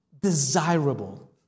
desirable